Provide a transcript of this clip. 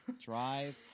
Drive